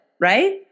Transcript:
right